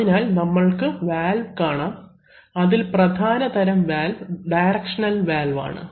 അതിനാൽ നമ്മൾക്ക് വാൽവ് വേണം അതിൽ പ്രധാന തരം വാൽവ് ഡയറക്ഷണൽ വാൽവ് ആണ്